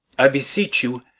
i beseech you,